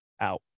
out